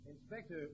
Inspector